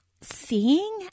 seeing